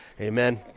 Amen